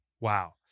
Wow